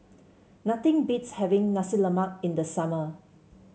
nothing beats having Nasi Lemak in the summer